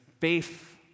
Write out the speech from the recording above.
faith